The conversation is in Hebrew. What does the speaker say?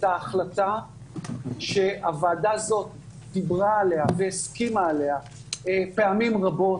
ההחלטה שהוועדה הזאת דיברה עליה והסכימה עליה פעמים רבות,